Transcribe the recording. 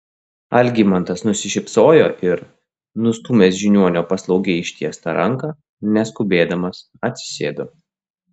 algimantas nusišypsojo ir nustūmęs žiniuonio paslaugiai ištiestą ranką neskubėdamas atsisėdo